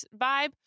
vibe